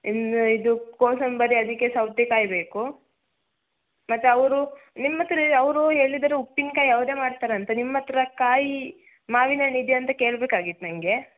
ಇನ್ನು ಇದು ಕೋಸಂಬರಿ ಅದಕ್ಕೆ ಸೌತೆಕಾಯಿ ಬೇಕು ಮತ್ತೆ ಅವರು ನಿಮ್ಮತ್ತಿರನೆ ಅವರು ಹೇಳಿದರು ಉಪ್ಪಿನ್ಕಾಯಿ ಅವರೆ ಮಾಡ್ತರಂತೆ ನಿಮ್ಮತ್ತಿರ ಕಾಯಿ ಮಾವಿನ ಹಣ್ಣಿದೆಯ ಅಂತ ಕೇಳ್ಬೇಕಾಗಿತ್ತು ನನ್ಗೆ